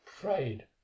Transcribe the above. prayed